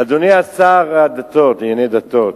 אדוני השר לענייני דתות,